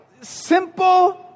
simple